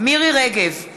מירי רגב,